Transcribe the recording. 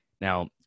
Now